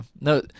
No